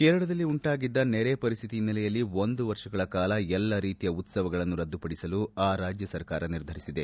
ಕೇರಳದಲ್ಲಿ ಉಂಟಾಗಿದ್ದ ನೆರೆ ಪರಿಸ್ಥಿತಿ ಹಿನ್ನೆಲೆಯಲ್ಲಿ ಒಂದು ವರ್ಷ ಕಾಲ ಎಲ್ಲಾ ರೀತಿಯ ಉತ್ತವಗಳನ್ನು ರದ್ಗುಪಡಿಸಲು ಆ ರಾಜ್ಯ ಸರ್ಕಾರ ನಿರ್ಧರಿಸಿದೆ